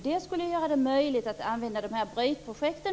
Det skulle öka möjligheten att använda brytprojekten.